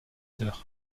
sœurs